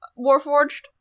Warforged